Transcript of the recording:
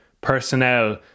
personnel